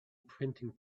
printing